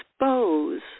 expose